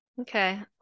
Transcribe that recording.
Okay